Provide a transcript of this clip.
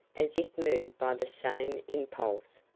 as if moved by the same impulse,